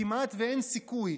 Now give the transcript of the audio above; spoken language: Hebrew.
כמעט אין סיכוי.